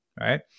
right